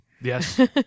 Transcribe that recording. Yes